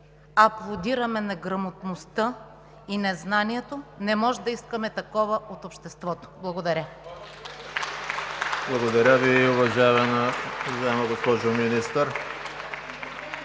аплодираме неграмотността и незнанието, не може да искаме такова от обществото. Благодаря.